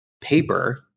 paper